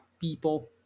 people